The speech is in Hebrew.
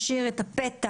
אפשר להעלות את אתי פלר.